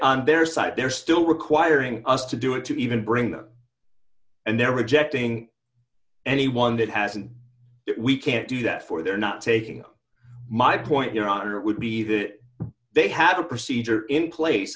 on their side they're still requiring us to do it to even bring them and they're rejecting anyone that has an we can't do that for they're not taking my point your honor would be that they have a procedure in place